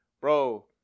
bro